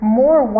more